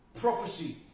prophecy